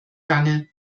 gange